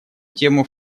тему